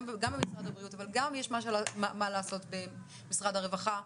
גם במשרד הבריאות אבל גם יש מה לעשות במשרד הרווחה.